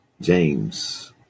James